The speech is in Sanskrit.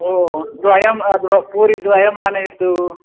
ओ द्वयं द्वौ पूरीद्वयम् आनयतु